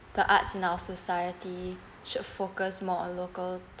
the arts in our society should focus more on local